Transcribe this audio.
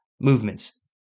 movements